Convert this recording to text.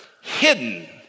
hidden